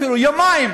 אפילו יומיים,